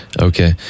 Okay